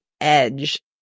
edge